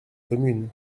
communes